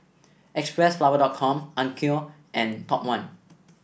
Xpressflower dot com Onkyo and Top One